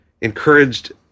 encouraged